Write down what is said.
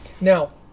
Now